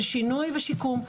של שינוי ושיקום.